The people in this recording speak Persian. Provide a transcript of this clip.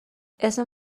اسم